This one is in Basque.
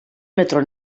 metro